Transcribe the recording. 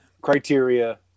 criteria